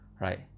right